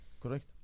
Correct